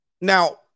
Now